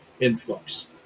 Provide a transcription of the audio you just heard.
influx